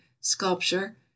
sculpture